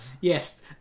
yes